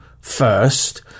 first